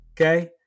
Okay